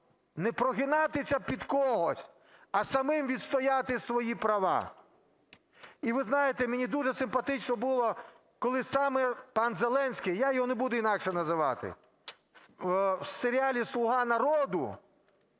не прогинатися під когось, а самим відстояти свої права. І ви знаєте, мені дуже симпатично було, коли саме пан Зеленський, я його не буду інакше називати, в серіалі "Слуга народу"